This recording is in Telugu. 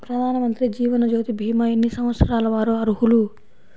ప్రధానమంత్రి జీవనజ్యోతి భీమా ఎన్ని సంవత్సరాల వారు అర్హులు?